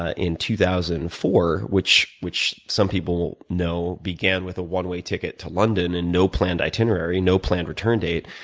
ah in two thousand and four, which which some people know began with a one-way ticket to london and no planned itinerary, no planned return date,